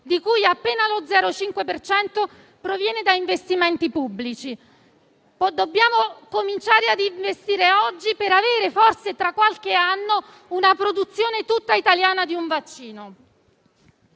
di cui appena lo 0,5 per cento proviene da investimenti pubblici. Dobbiamo cominciare a investire oggi per avere, forse tra qualche anno, una produzione tutta italiana di un vaccino.